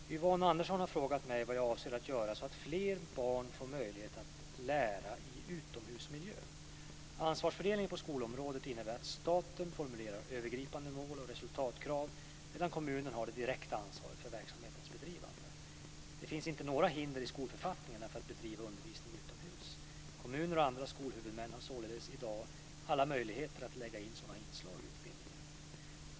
Fru talman! Yvonne Andersson har frågat mig vad jag avser att göra så att fler barn får möjlighet att lära i utomhusmiljö. Ansvarsfördelningen på skolområdet innebär att staten formulerar övergripande mål och resultatkrav medan kommunen har det direkta ansvaret för verksamhetens bedrivande. Det finns inte några hinder i skolförfattningarna för att bedriva undervisning utomhus. Kommuner och andra skolhuvudmän har således i dag alla möjligheter att lägga in sådana inslag i utbildningen.